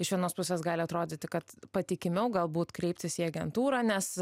iš vienos pusės gali atrodyti kad patikimiau galbūt kreiptis į agentūrą nes